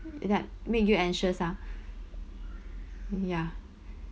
that make you anxious ah ya